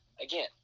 again